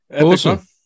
Awesome